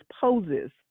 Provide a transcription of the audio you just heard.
poses